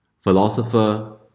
philosopher